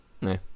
No